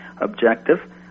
objective